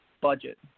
budget